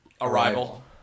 Arrival